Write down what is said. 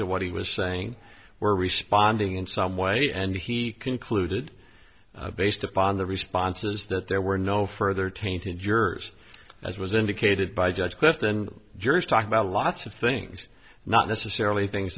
to what he was saying were responding in some way and he concluded based upon the responses that there were no further tainted jurors as was indicated by judge quest and jurors talk about lots of things not necessarily things